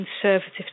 conservative